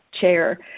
chair